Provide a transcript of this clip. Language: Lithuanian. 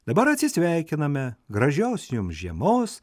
dabar atsisveikiname gražios jum žiemos